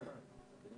בבקשה.